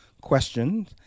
questions